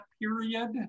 period